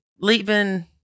leaving